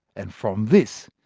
and from this,